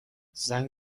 زنگ